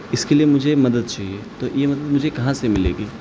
اس کے لیے مجھے مدد چاہیے تو یہ مطلب مجھے کہاں سے ملے گی